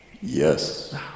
yes